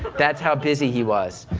that's how busy he was,